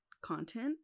content